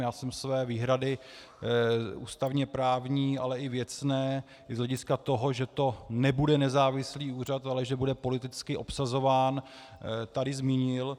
Já jsem své výhrady ústavněprávní ale i věcné i z hlediska toho, že to nebude nezávislý úřad, ale že bude politicky obsazován, tady zmínil.